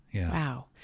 Wow